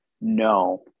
No